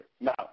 Now